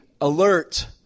alert